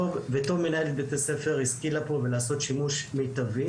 וטוב שמנהלת בית הספר השכילה לעשות שימוש מיטבי